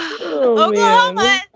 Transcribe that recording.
Oklahoma